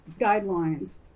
guidelines